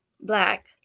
black